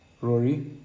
Rory